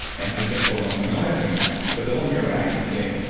and i spent four months of my life doing that but the whole neurohacking thing,